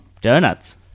Donuts